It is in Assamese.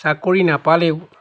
চাকৰি নাপালেও